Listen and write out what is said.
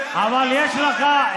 אבל יש לך,